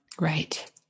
Right